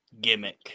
gimmick